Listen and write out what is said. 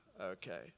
Okay